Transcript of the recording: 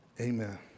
Amen